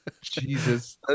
Jesus